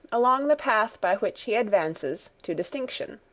along the path by which he advances to distinction.